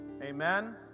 Amen